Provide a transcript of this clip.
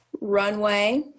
Runway